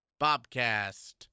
Bobcast